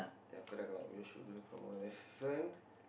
ya correct correct we should learn from our lesson